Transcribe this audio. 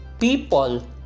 People